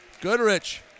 Goodrich